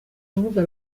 rubuga